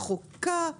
הרחוקה